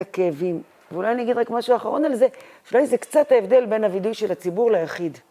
כאבים. ואולי אני אגיד רק משהו אחרון על זה, אולי זה קצת ההבדל בין הווידוי של הציבור ליחיד.